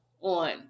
ON